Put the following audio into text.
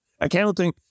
accounting